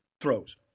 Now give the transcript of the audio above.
throws